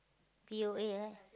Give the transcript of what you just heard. P_O_A right